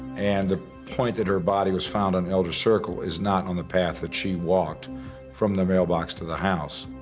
and the point that her body was found on elder circle, is not on the path that she walked from the mailbox to the house.